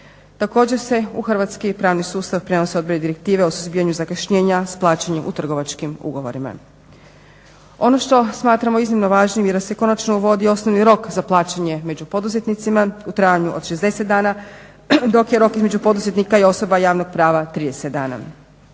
Također se u hrvatski pravni sustav prenosi … o suzbijanju zakašnjenja s plaćanjem u trgovačkim ugovorima. Ono što smatramo iznimno važnim je da se konačno uvodi osnovni rok za plaćanje među poduzetnicima u trajanju od 60 dana dok je rok između poduzetnika i osoba javnog prava 30 dana.